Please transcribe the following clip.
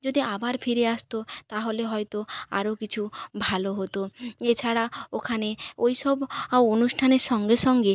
যদি আবার ফিরে আসত তাহলে হয়তো আরও কিছু ভালো হতো এছাড়া ওখানে ওই সব অনুষ্ঠানের সঙ্গে সঙ্গে